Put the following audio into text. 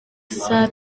saa